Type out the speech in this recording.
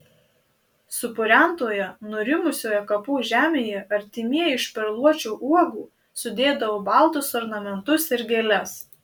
supurentoje nurimusioje kapų žemėje artimieji iš perluočio uogų sudėdavo baltus ornamentus ir gėles